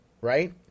right